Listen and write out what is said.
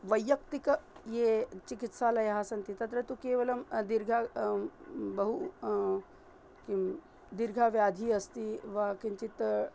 वैयक्तिके ये चिकित्सालयाः सन्ति तत्र तु केवलं दीर्घा बहु किं दीर्घाव्याधिः अस्ति वा किञ्चित्